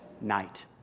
night